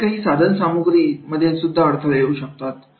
तिकडे काही साधन सामुग्रीसंदर्भात अडथळे असू शकतात